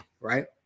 right